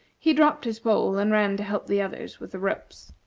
he dropped his pole and ran to help the others with the ropes.